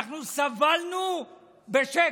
אנחנו סבלנו בשקט.